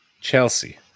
Chelsea